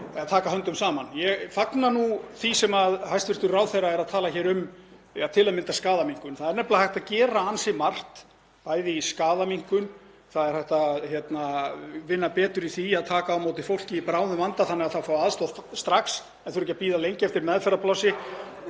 öll að taka höndum saman. Ég fagna nú því sem hæstv. ráðherra er að tala um, til að mynda skaðaminnkun. Það er nefnilega hægt að gera ansi margt, bæði í skaðaminnkun, það er hægt að vinna betur í því að taka á móti fólki í bráðum vanda þannig að það fái aðstoð strax, þurfi ekki að bíða lengi eftir meðferðarplássi,